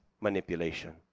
manipulation